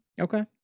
Okay